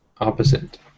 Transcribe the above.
opposite